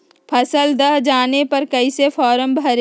फसल दह जाने पर कैसे फॉर्म भरे?